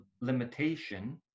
limitation